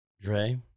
Dre